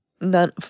none